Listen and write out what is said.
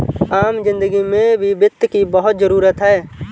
आम जिन्दगी में भी वित्त की बहुत जरूरत है